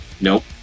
Nope